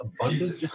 abundant